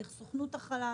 דרך סוכנות החלל,